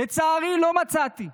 לצערי, לא מצאתי.